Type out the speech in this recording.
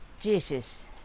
Jesus